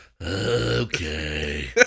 Okay